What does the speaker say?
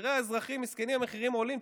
תראה, האזרחים מסכנים, המחירים עולים.